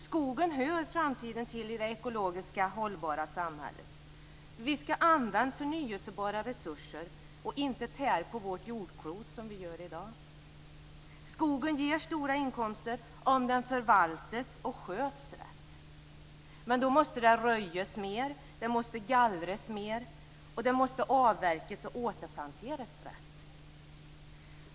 Skogen hör framtiden till i det ekologiskt hållbara samhället, för vi ska använda förnyelsebara resurser och inte tära på vårt jordklot som vi gör i dag. Skogen ger stora inkomster om den förvaltas och sköts rätt. Men då måste det röjas mer. Det måste gallras mer. Det måste avverkas och återplanteras rätt.